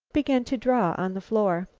began to draw on the floor.